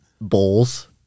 Bowls